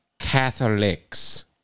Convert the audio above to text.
Catholics